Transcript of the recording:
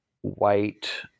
white